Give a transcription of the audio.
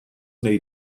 wnei